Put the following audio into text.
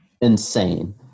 insane